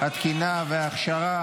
התקינה וההכשרה,